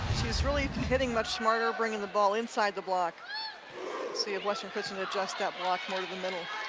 she is really hitting much smarter, bringing the ball inside the block see if western christian adjusts that block more to the middle.